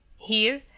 here,